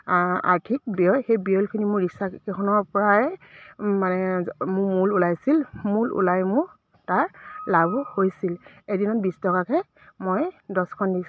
আৰ্থিক ব্যয় সেই ব্যয়খিনি মোৰ ৰিক্সাকেইখনৰ পৰাই মানে মোৰ মূল ওলাইছিল মূল ওলাই মোৰ তাৰ লাভো হৈছিল এদিনত বিছ টকাকৈ মই দহখন ৰিক্সা